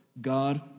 God